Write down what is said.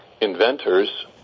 inventors